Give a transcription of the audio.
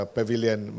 Pavilion